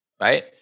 right